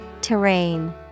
Terrain